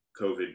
COVID